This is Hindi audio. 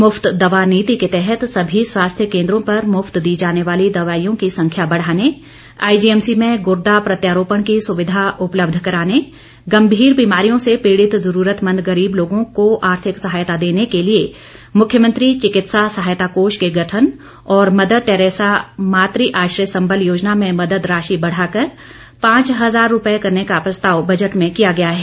मुफ्त दवा नीति के तहत सभी स्वास्थ्य केंद्रों पर मुफ्त दी जाने वाली दवाईयों की संख्या बढ़ाने आईजीएमसी में गुर्दा प्रत्यारोपण की सुविधा उपलब्ध कराने गंभीर बीमारियों से पीड़ित जरूरतमंद गरीब लोगों को आर्थिक सहायता देने के लिए मुख्यमंत्री चिकित्सा सहायता कोष के गठन और मदर टैरेसा मातु आश्रय संबल योजना में मदद राशि बढ़ाकर पांच हजार रूपए करने का प्रस्ताव बजट में किया गया है